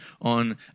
on